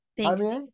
Thanks